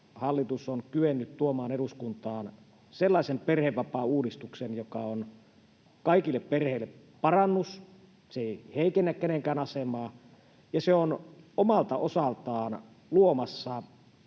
hallitus on kyennyt tuomaan eduskuntaan sellaisen perhevapaauudistuksen, joka on kaikille perheille parannus. Se ei heikennä kenenkään asemaa, ja se on omalta osaltaan luomassa